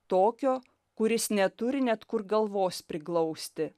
tokio kuris neturi net kur galvos priglausti